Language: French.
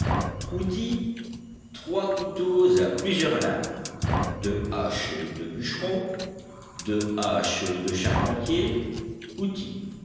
trois couteaux à plusieurs lames de haches de bûcheron de hache de charpentier outils